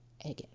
again